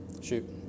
Shoot